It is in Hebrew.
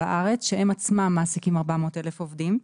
הארץ שהם עצמם מעסיקים 400,000 עובדים.